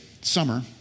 summer